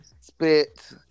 spit